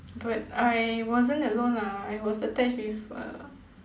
but I wasn't alone lah I was attached with uh